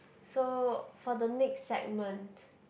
so for the next segment